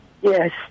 Yes